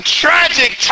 tragic